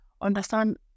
understand